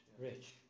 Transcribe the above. Rich